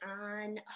on